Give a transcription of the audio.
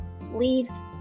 leaves